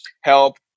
help